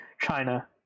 China